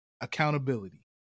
accountability